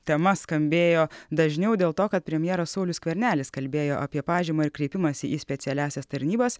tema skambėjo dažniau dėl to kad premjeras saulius skvernelis kalbėjo apie pažymą ir kreipimąsi į specialiąsias tarnybas